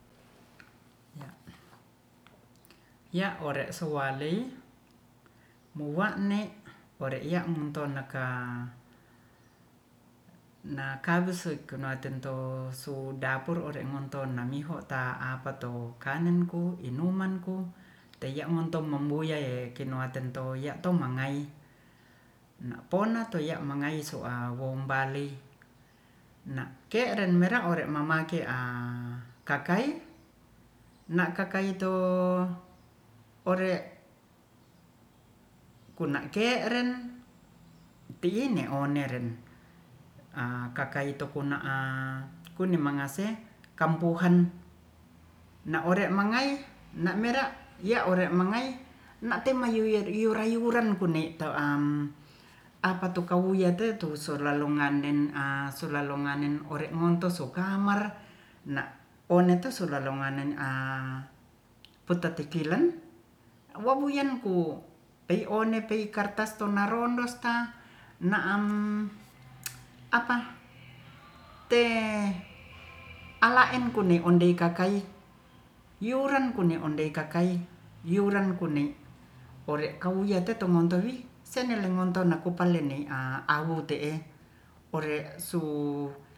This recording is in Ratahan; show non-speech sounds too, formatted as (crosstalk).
(noise) ya'ore suwa lei muwa'ne ore'ya monto'naka nakawesu kunaiton to su dapur ore'manto'na miho ta'apa tou kannen ku inuman ku teya'monto mobuaie kinowaten toya'to mangai na'ponato ya'mangai so'a wombali na'keren mera'ore mamake a kakai na'kakaito ore kun'ke'ren ti'in one'ren a kakaito u'na a kuimanase kampuhan na'ore mangai na'merak ya'ore mangai nate mayuyur rayu-ran kune'tou am apatu kawuyate tusurlangendeng'a- ore'monto sukamar na' oneto surlalonganne a' putatikilen wowuanku pei one pei kartas tonarondosta na'am apa' (noise) ala'en kune ondaika kakaii yuran ondekakai yuran kunei ore kawuyate tongontowi senelengontonaku pale'nei a'awu te'e ore su